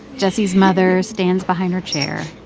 jessie's mother stands behind her chair,